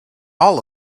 all